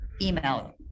email